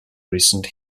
recent